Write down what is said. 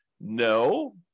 No